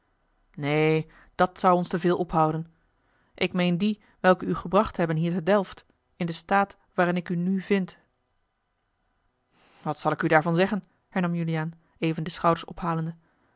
neen dat zou ons te veel ophouden ik meen die welke u gebracht hebben hier te delft in den staat waarin ik u nù vind wat zal ik u daarvan zeggen hernam juliaan even de schouders ophalende